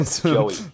Joey